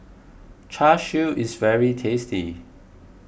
Char Siu is very tasty